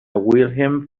wilhelm